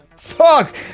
fuck